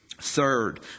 Third